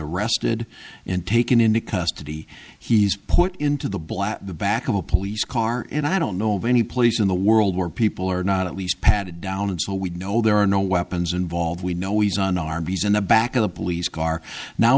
arrested in taken into custody he's put into the black the back of a police car in i don't know of any place in the world where people are not at least patted down and so we know there are no weapons involved we know he's on arby's in the back of the police car now